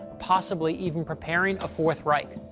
possibly even preparing a fourth reich?